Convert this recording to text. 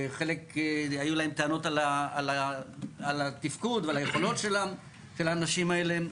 לחלק היו טענות על התפקוד ועל היכולות של האנשים האלה,